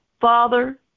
Father